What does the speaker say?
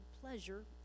pleasure